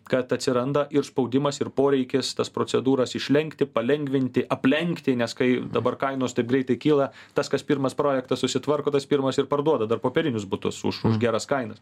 kad atsiranda ir spaudimas ir poreikis tas procedūras išlenkti palengvinti aplenkti nes kai dabar kainos taip greitai kyla tas kas pirmas projektą susitvarko tas pirmas ir parduoda dar popierinius butus už už geras kainas